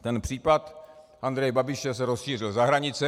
Ten případ Andreje Babiše se rozšířil za hranice.